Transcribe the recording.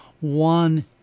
one